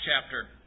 chapter